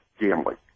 gambling